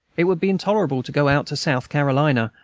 it would be intolerable to go out to south carolina,